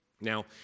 Now